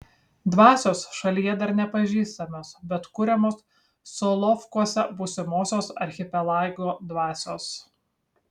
dvasios šalyje dar nepažįstamos bet kuriamos solovkuose būsimosios archipelago dvasios